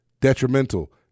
detrimental